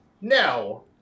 no